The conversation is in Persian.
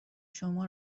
شما